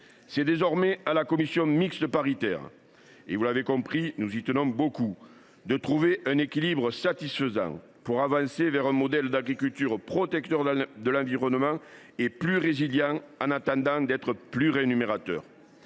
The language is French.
C’est désormais à la commission mixte paritaire – vous l’avez compris, nous y tenons beaucoup – de trouver un équilibre satisfaisant pour avancer vers un modèle d’agriculture protecteur de l’environnement et plus résilient en attendant d’être plus rémunérateur.